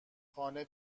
خانه